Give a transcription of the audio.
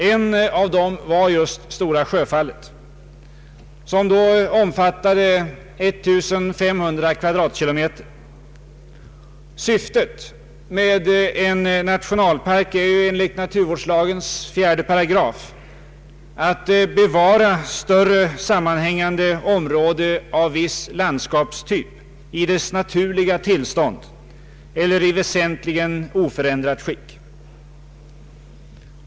En av dem var just Stora Sjöfallet som då omfattade 1500 km?. Syftet med en nationalpark är enligt naturvårdslagens 4 § att bevara större sammanhängande område av viss landskapstyp i dess naturliga tillstånd eller i väsentligen oför ändrat skick.